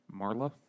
Marla